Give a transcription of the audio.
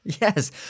yes